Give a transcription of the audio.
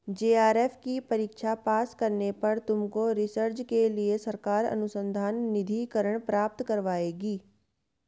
JRF की परीक्षा pass करने पर तुमको रिसर्च के लिए सरकार अनुसंधान निधिकरण प्राप्त करवाएगी